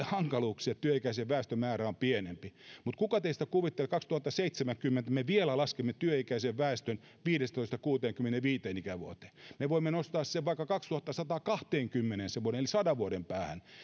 hankaluuksia kun työikäisen väestön määrä on pienempi mutta kuka teistä kuvittelee että kaksituhattaseitsemänkymmentä me vielä laskemme työikäisen väestön olevan viidestätoista kuuteenkymmeneenviiteen ikävuoteen me voimme nostaa sen vuoden vaikka kaksituhattasatakaksikymmentäeen eli sadan vuoden päähän ja